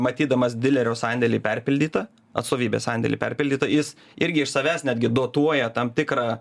matydamas dilerio sandėlį perpildytą atstovybės sandėlį perpildytą jis irgi iš savęs netgi dotuoja tam tikrą